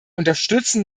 unterstützen